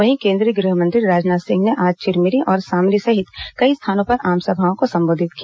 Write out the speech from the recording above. वहीं केंद्रीय गृहमंत्री राजनाथ सिंह ने आज चिरमिरी और सामरी सहित कई स्थानों पर आमसभाओं को संबोधित किया